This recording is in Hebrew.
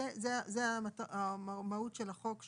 זו המהות של החוק.